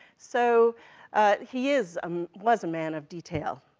so he is, um was a man of detail.